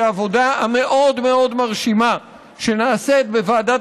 היא העבודה המאוד-מאוד מרשימה שנעשית בוועדת